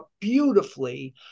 beautifully